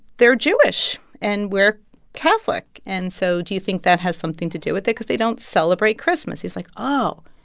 they're jewish. and we're catholic. and so do you think that has something to do with it because they don't celebrate christmas? he's like, oh,